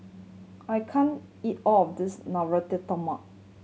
I can't eat all of this Navratan Korma